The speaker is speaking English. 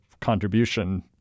contribution